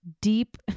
deep